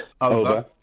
Over